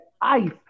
ice